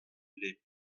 les